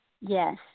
Yes